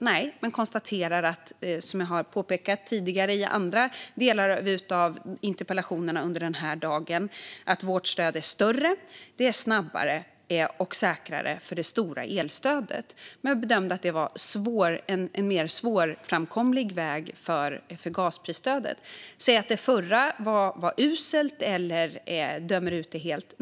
Nej, men jag konstaterar, som jag påpekat i andra interpellationssvar under dagen, att regeringens väg är snabbare och säkrare för det stora elstödet. Vi bedömde dock att det var en mer svårframkomlig väg för gasprisstödet. Säger jag att det förra upplägget var uselt?